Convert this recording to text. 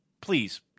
please